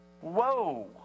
whoa